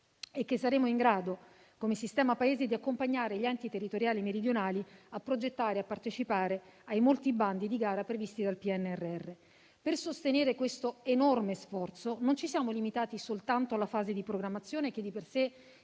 e che saremo in grado, come sistema Paese, di accompagnare gli enti territoriali meridionali a progettare e a partecipare ai molti i bandi di gara previsti dal PNRR. Per sostenere questo enorme sforzo non ci siamo limitati soltanto alla fase di programmazione, che di per se